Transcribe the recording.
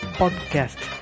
podcast